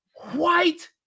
white